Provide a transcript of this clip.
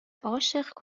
عاشق